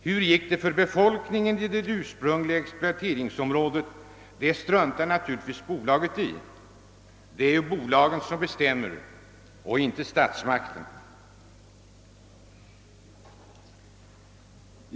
Hur det gick för befolkningen i det ursprungliga exploateringsområdet, det struntar naturligtvis bolaget i. Det är ju bolagen som bestämmer och inte statsmakten.